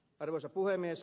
arvoisa puhemies